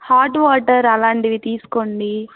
hot water అలాంటివి తీసుకోండీ